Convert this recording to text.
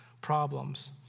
problems